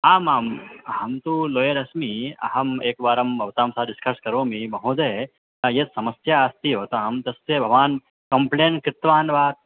आम् आम् अहं तु लेयरस्मि अहम् एकवारं भवतां सह डिस्कस् करोमि महोदय यद् समस्या अस्ति भवतां तस्य भवान् कम्पेण्ट् कृतवान् वा